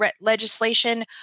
legislation